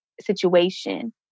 situation